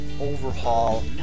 overhaul